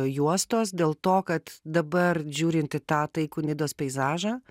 juostos dėl to kad dabar žiūrint į tą taikų nidos peizažą